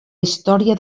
història